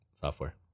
software